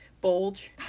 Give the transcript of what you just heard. bulge